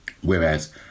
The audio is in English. Whereas